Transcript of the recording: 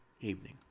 evening